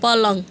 पलङ